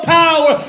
power